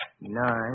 nine